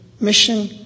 mission